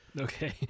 Okay